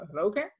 Okay